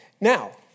Now